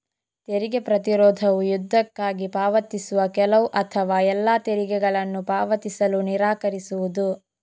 ತೆರಿಗೆ ಪ್ರತಿರೋಧವು ಯುದ್ಧಕ್ಕಾಗಿ ಪಾವತಿಸುವ ಕೆಲವು ಅಥವಾ ಎಲ್ಲಾ ತೆರಿಗೆಗಳನ್ನು ಪಾವತಿಸಲು ನಿರಾಕರಿಸುವುದು